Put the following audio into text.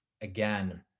again